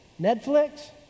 Netflix